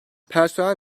personel